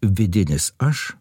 vidinis aš